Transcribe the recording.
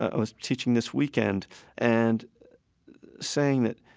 ah was teaching this weekend and saying that,